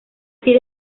sido